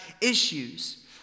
issues